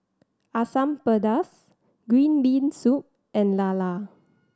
Asam Pedas green bean soup and lala